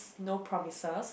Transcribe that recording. no promises